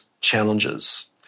challenges